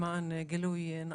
למען גילוי נאות,